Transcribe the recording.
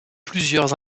plusieurs